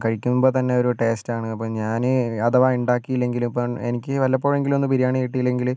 കഴിക്കുമ്പോൾ തന്നെ ഒരു ടേസ്റ്റ് ആണ് അപ്പം ഞാൻ അഥവാ ഉണ്ടാക്കിയില്ലെങ്കിൽ ഇപ്പം എനിക്ക് വല്ലപ്പോഴുമെങ്കിലും ഒന്ന് ബിരിയാണി കിട്ടിയില്ലെങ്കിൽ